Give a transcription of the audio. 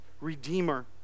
redeemer